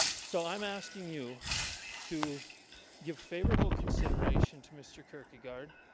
so i'm asking you to give favorable consideration to mr. kirkegaard,